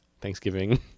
Thanksgiving